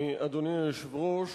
אדוני היושב-ראש,